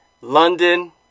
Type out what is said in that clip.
london